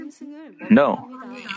No